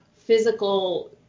physical